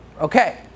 Okay